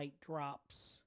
drops